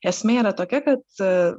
esmė yra tokia kad